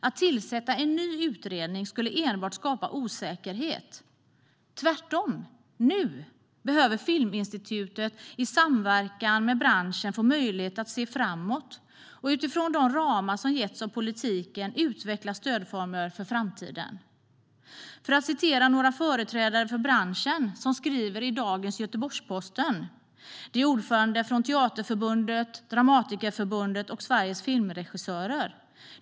Att tillsätta en ny utredning skulle enbart skapa osäkerhet. Tvärtom behöver Filminstitutet nu i samverkan med branschen få möjlighet att se framåt och utifrån de ramar som har getts av politiken utveckla stödformer för framtiden. Låt mig återge vad några företrädare för branschen skriver i dagens Göteborgs-Posten. Det är ordförandena från Teaterförbundet, Dramatikerförbundet och Sveriges Filmregissörer.